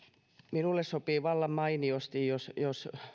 minulle sopii vallan mainiosti jos jos